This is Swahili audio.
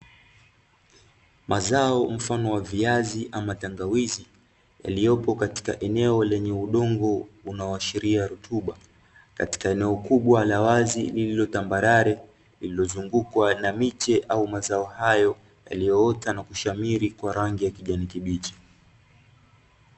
Mazao mfano wa viazi ama tangawizi, yaliyopo katika eneo lenye udongo unaoashiria rutuba katika eneo kubwa la wazi lililotambarare, lililozungukwa na miche au mazao hayo yaliyoota na kushamiri kwa rangi ya kijani kibichi.